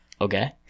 okay